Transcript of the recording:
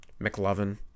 McLovin